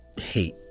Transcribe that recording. hate